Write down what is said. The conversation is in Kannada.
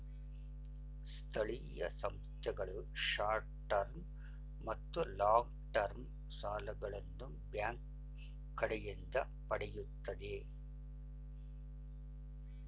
ಸ್ಥಳೀಯ ಸಂಸ್ಥೆಗಳು ಶಾರ್ಟ್ ಟರ್ಮ್ ಮತ್ತು ಲಾಂಗ್ ಟರ್ಮ್ ಸಾಲಗಳನ್ನು ಬ್ಯಾಂಕ್ ಕಡೆಯಿಂದ ಪಡೆಯುತ್ತದೆ